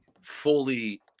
fully –